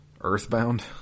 Earthbound